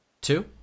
Two